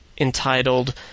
entitled